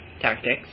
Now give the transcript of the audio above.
tactics